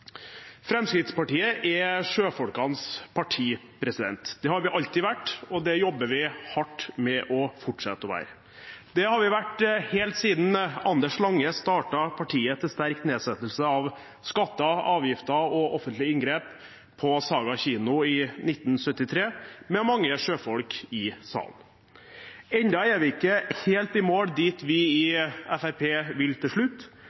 Fremskrittspartiet er sjøfolkenes parti. Det har vi alltid vært, og det jobber vi hardt for å fortsette å være. Det har vi vært helt siden Anders Lange startet Anders Langes Parti til sterk nedsettelse av skatter, avgifter og offentlige inngrep på Saga kino i 1973, med mange sjøfolk i salen. Vi er ennå ikke helt i mål, dit vi i Fremskrittspartiet vil til slutt,